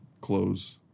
close